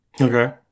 Okay